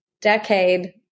decade